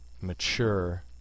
mature